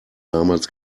damals